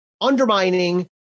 undermining